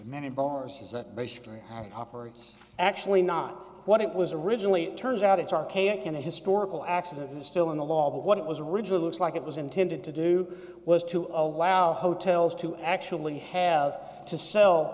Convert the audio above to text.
operates actually not what it was originally it turns out it's archaic and a historical accident still in the law but what it was original looks like it was intended to do was to allow hotels to actually have to sell